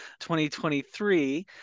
2023